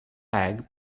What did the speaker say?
bag